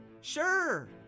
Sure